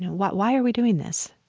why why are we doing this?